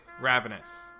ravenous